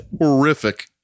horrific